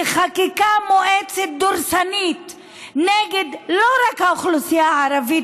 לחקיקה מואצת ודורסנית לא רק נגד האוכלוסייה הערבית